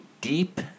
deep